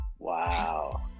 Wow